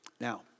Now